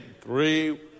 Three